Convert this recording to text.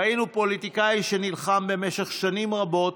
ראינו פוליטיקאי שנלחם במשך שנים רבות